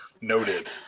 Noted